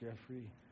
Jeffrey